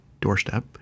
doorstep